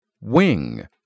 Wing